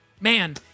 Man